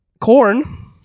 corn